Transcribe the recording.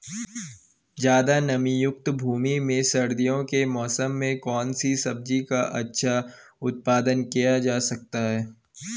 ज़्यादा नमीयुक्त भूमि में सर्दियों के मौसम में कौन सी सब्जी का अच्छा उत्पादन किया जा सकता है?